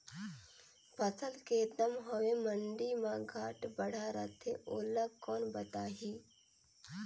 फसल के दम हवे मंडी मा घाट बढ़ा रथे ओला कोन बताही?